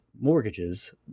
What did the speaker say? mortgages